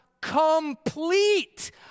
complete